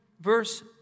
verse